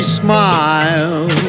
smile